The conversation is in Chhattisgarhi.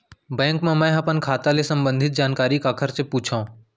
बैंक मा मैं ह अपन खाता ले संबंधित जानकारी काखर से पूछव?